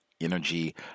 energy